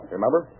Remember